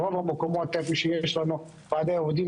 במקומות בהם יש לנו ועדי עבודה,